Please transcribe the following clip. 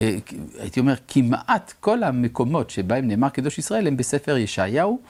הייתי אומר כמעט כל המקומות שבהם נאמר קדוש ישראל הם בספר ישעיהו.